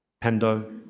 Pando